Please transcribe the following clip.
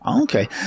okay